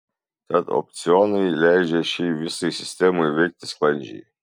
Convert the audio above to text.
tad opcionai leidžia šiai visai sistemai veikti sklandžiai